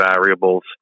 variables